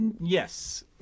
Yes